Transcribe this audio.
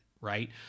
right